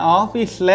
office